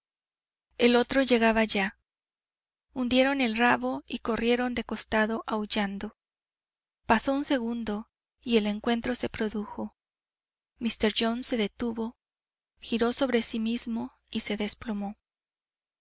el otro llegaba ya hundieron el rabo y corrieron de costado aullando pasó un segundo y el encuentro se produjo míster jones se detuvo giró sobre sí mismo y se desplomó